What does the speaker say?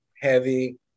heavy